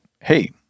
hey